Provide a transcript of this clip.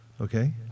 okay